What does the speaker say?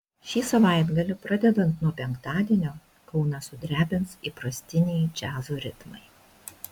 šį savaitgalį pradedant nuo penktadienio kauną sudrebins įprastiniai džiazo ritmai